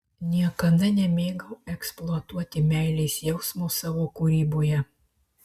niekada nemėgau eksploatuoti meilės jausmo savo kūryboje